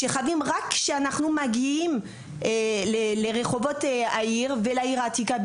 שחווים רק כשמגיעים לרחובות העיר בכלל ובפרט להעיר העתיקה.